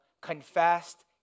confessed